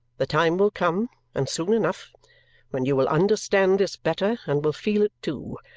the time will come and soon enough when you will understand this better, and will feel it too,